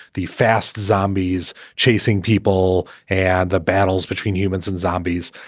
the fast zombies chasing people and the battles between humans and zombies.